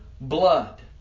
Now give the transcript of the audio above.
blood